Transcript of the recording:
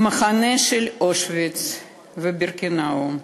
במחנה אושוויץ ובירקנאו.